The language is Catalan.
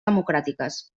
democràtiques